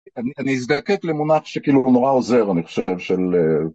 אני אזדקק למונח שכאילו הוא נורא עוזר אני חושב של